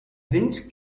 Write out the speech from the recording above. wind